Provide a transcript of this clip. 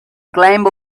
climb